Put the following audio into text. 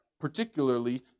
particularly